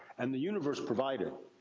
and the universe provided.